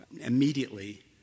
immediately